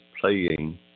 playing